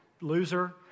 loser